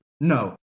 No